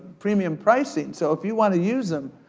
premium pricing so if you want to use em,